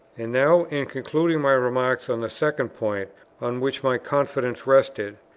and now in concluding my remarks on the second point on which my confidence rested,